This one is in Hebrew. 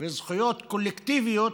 וזכויות קולקטיביות,